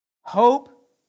Hope